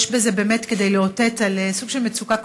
יש בזה באמת כדי לאותת על סוג של מצוקה כפולה.